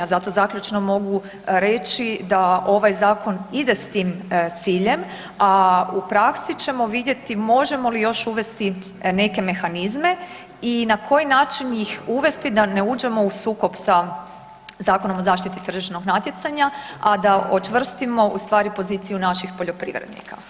Zato zaključno mogu reći da ovaj zakon ide s tim ciljem, a u praksi ćemo vidjeti možemo li još uvesti neke mehanizme i na koji način ih uvesti da ne uđemo u sukob sa Zakonom o zaštiti tržišnog natjecanja a da očvrstimo ustvari poziciju naših poljoprivrednika.